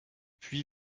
puy